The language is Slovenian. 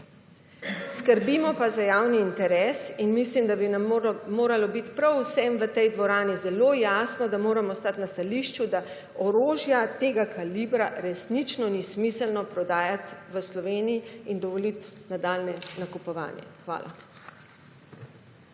skrbimo pa za javni interes in mislim, da bi nam moralo biti prav vsem v tej dvorani zelo jasno, da moramo stati na stališču, da orožja tega kalibra resnično ni smiselno prodajati v Sloveniji **29. TRAK: (DAG) –